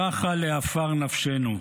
שחה לעפר נפשנו,